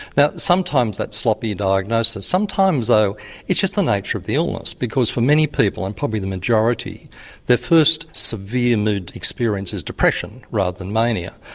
now sometimes that's sloppy diagnosis sometimes though it's just the nature of the illness because for many people and probably the majority their first severe mood experience is depression rather than mania.